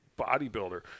bodybuilder